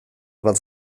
bat